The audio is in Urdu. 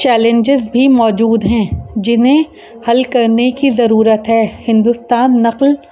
چیلنجز بھی موجود ہیں جنہیں حل کرنے کی ضرورت ہے ہندوستان نقل